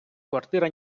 квартира